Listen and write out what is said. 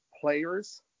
players